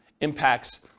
impacts